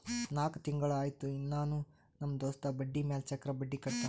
ನಾಕ್ ತಿಂಗುಳ ಆಯ್ತು ಇನ್ನಾನೂ ನಮ್ ದೋಸ್ತ ಬಡ್ಡಿ ಮ್ಯಾಲ ಚಕ್ರ ಬಡ್ಡಿ ಕಟ್ಟತಾನ್